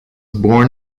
born